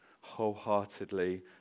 wholeheartedly